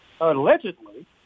allegedly